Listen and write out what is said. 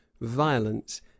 violence